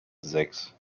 sechs